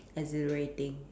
exhilarating